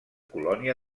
colònia